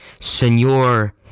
Senor